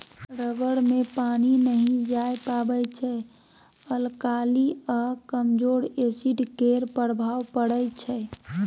rubber मे पानि नहि जाए पाबै छै अल्काली आ कमजोर एसिड केर प्रभाव परै छै